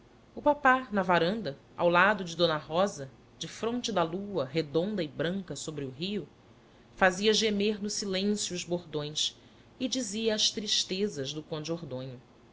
o papá na varanda ao lado de d rosa defronte da lua redonda e branca sobre o rio fazia gemer no silêncio os bordões e dizia as tristezas do conde